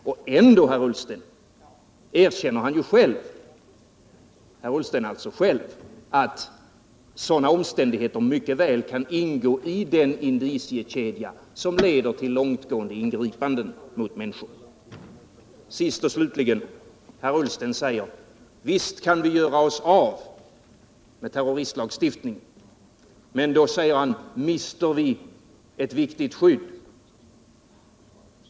Och ändå erkänner herr Ullsten själv att sådana omständigheter mycket väl kan ingå i den indiciekedja som leder till långtgående ingripanden mot människor. Sist och slutligen: Herr Ullsten säger att visst kan vi göra oss av med terroristlagstiftningen, men då mister vi ett viktigt skydd.